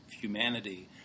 humanity